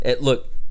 Look